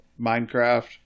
minecraft